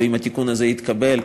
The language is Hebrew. ואם התיקון הזה יתקבל,